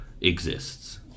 exists